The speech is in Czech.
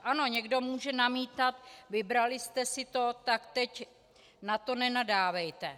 Ano, někdo může namítat: Vybraly jste si to, tak teď na to nenadávejte.